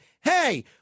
hey